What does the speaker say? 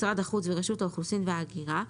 משרד החוץ ורשות האוכלוסין וההגירה,